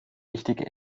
wichtige